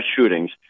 shootings